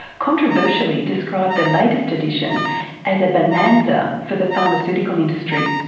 controversially described the latest edition as a bonanza for the pharmaceutical industry.